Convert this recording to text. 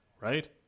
Right